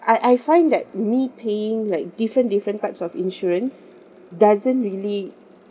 I I find that me paying like different different types of insurance doesn't really